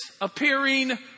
appearing